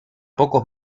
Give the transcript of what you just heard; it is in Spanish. pocos